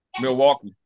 Milwaukee